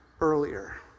earlier